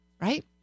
right